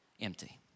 empty